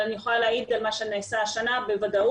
אבל אני יכולה להעיד על מה שנעשה השנה בוודאות.